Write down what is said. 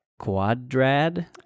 Quadrad